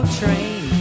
train